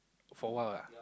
for a while ah